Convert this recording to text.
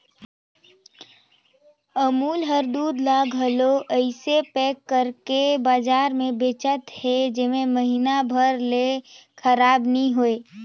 अमूल हर दूद ल घलो अइसे पएक कइर के बजार में बेंचत अहे जेहर महिना भेर ले खराब नी होए